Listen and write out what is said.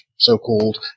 so-called